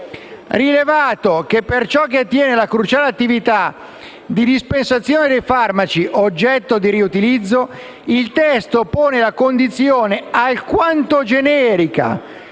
rilevato che, per ciò che attiene alla cruciale attività di dispensazione dei farmaci oggetto di riutilizzo, il testo pone la condizione, alquanto generica